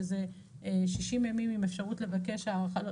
שזה 60 ימים עם אפשרות לבקש הארכה,